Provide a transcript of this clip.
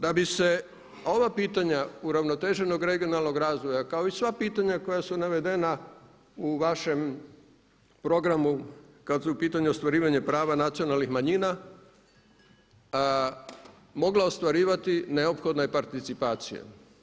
Da bi se ova pitanja uravnoteženog regionalnog razvoja kao i sva pitanja koja su navedena u vašem programu kada su ostvarivanje prava nacionalnih manjina mogla ostvarivati neophodna je participacija.